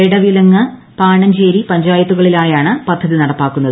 എടവിലങ്ങ് പാണഞ്ചേരി പഞ്ചായത്തുകളിലായാണ് പദ്ധതി നടപ്പാക്കുന്നത്